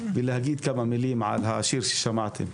ולהגיד כמה מילים על השיר ששמעתם.